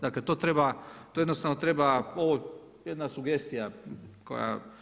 Dakle, to treba, to jednostavno treba, ovo je jedna sugestija koja